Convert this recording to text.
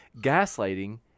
gaslighting